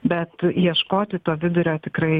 bet ieškoti to vidurio tikrai